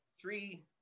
three